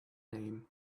name